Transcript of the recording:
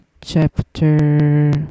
chapter